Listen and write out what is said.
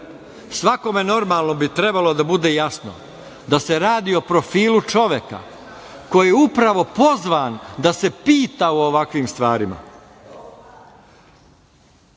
svakome normalnom bi trebalo da bude jasno da se radi o profilu čoveka koji je upravo pozvan da se pita o ovakvim stvarima. Rekao